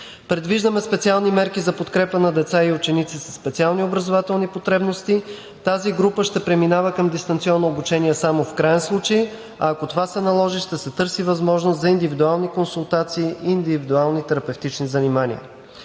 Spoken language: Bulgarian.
Предвиждаме специални мерки за подкрепа на деца и ученици със специални образователни потребности. Тази група ще преминава към дистанционно обучение само в краен случай. Ако това се наложи, ще се търси възможност за индивидуални консултации и индивидуални терапевтични занимания.